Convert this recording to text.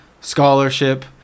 scholarship